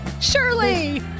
Shirley